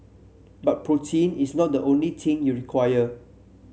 but protein is not the only thing you require